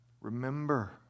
Remember